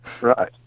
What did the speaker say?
Right